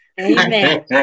Amen